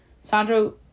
Sandro